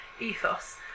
ethos